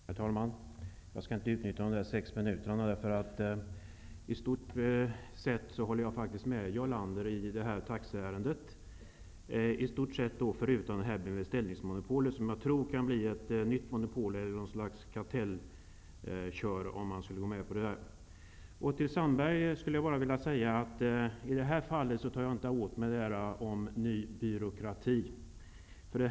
Herr talman! Jag skall inte utnyttja mina sex minuter. Jag håller i stort sett med Jarl Lander i detta taxiärende, förutom när det gäller kravet på tillhörighet till beställningscentral. Det tror jag kan bli ett nytt monopol eller någon form av kartell. Till Jan Sandberg vill jag säga att jag inte i detta fall tar åt mig av talet om ''Ny byråkrati''.